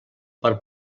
per